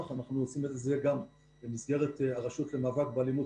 ואנחנו עושים את זה גם במסגרת הרשות למאבק באלימות,